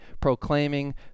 proclaiming